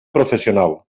professional